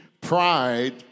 Pride